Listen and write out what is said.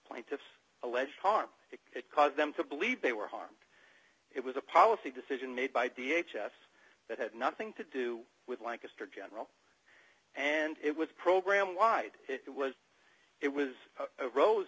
plaintiffs allege harm it caused them to believe they were harmed it was a policy decision made by the h s that had nothing to do with lancaster general and it was program wide it was it was rose